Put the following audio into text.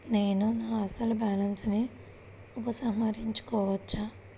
నేను నా అసలు బాలన్స్ ని ఉపసంహరించుకోవచ్చా?